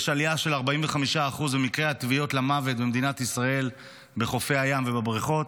יש עלייה של 45% במקרי הטביעות למוות במדינת ישראל בחופי הים ובבריכות,